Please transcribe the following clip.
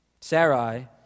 Sarai